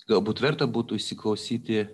galbūt verta būtų įsiklausyti